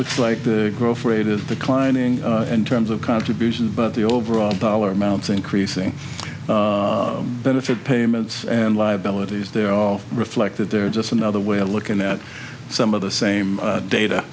looks like the growth rate is declining in terms of contributions but the overall dollar amounts increasing benefit payments and liabilities there are reflected there just another way of looking at some of the same data